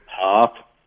top